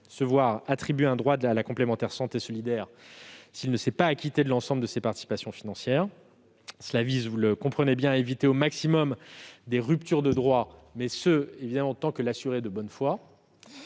se voir attribuer un droit à la complémentaire santé solidaire s'il ne s'est pas acquitté de l'ensemble de ses participations financières. Cela vise à éviter au maximum les ruptures de droits, tant que l'assuré est de bonne foi.